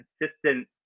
consistent